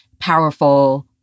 powerful